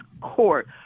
court